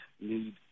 need